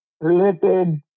related